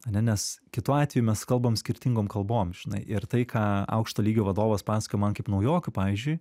ane nes kitu atveju mes kalbam skirtingom kalbom žinai ir tai ką aukšto lygio vadovas pasakoja man kaip naujokui pavyzdžiui